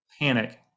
panic